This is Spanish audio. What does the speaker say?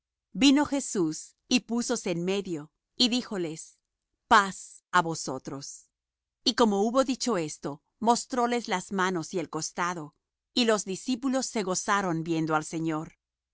vino jesús y púsose en medio y díjoles paz á vosotros y como hubo dicho esto mostróles las manos y el costado y los discípulos se gozaron viendo al señor